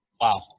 Wow